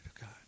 God